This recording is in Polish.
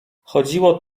chodziło